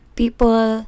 people